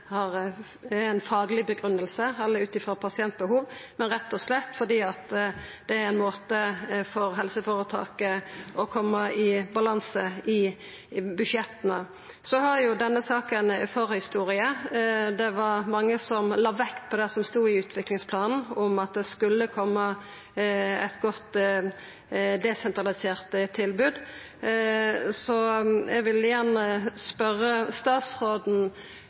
er fagleg eller basert på pasientbehov, men at det rett og slett er ein måte å få balanse i budsjetta på. Så har denne saka ei forhistorie. Det var mange som la vekt på det som stod i utviklingsplanen om at det skulle koma eit godt desentralisert tilbod. Eg vil gjerne spørja statsråden: